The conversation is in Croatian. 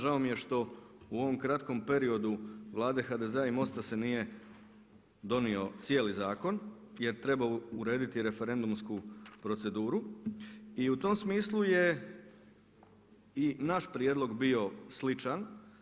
Žao mi je što u ovom kratkom periodu Vlade HDZ-a i MOST-a se nije donio cijeli zakon jer treba urediti referendumsku proceduru i u tom smislu je i naš prijedlog bio sličan.